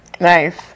Nice